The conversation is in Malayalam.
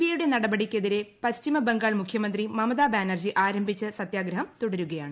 ഐ യുടെ നടപടിയ്ക്കെതിരെ പശ്ചിമ ബംഗാൾ മുഖ്യമന്ത്രി മീമത്ാ ബാനർജി ആരംഭിച്ച സത്യാഗ്രഹം തുടരുകയാണ്